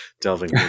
delving